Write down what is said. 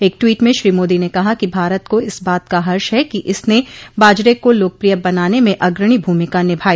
एक ट्वीट में श्री मोदी ने कहा कि भारत को इस बात का हर्ष है कि इसने बाजरे को लोकप्रिय बनाने में अग्रणी भूमिका निभाई